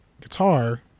guitar